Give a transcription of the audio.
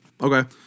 Okay